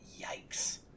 Yikes